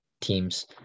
teams